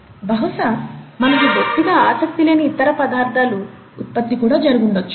బహుశా మనకి బొత్తిగా ఆసక్తి లేని ఇతర పదార్ధాల ఉత్పత్తి కూడా జరిగి ఉండొచ్చు